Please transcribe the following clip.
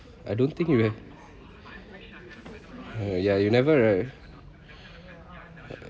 I don't think you have ya you never right